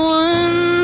one